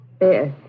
Yes